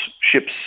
ships